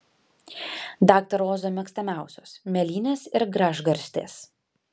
daktaro ozo mėgstamiausios mėlynės ir gražgarstės